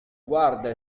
guarda